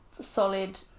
solid